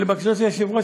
לבקשת היושב-ראש,